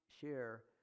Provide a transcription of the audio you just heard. share